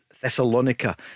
Thessalonica